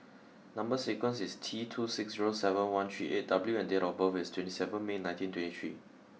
number sequence is T two six zero seven one three eight W and date of birth is twenty seven May nineteen twenty three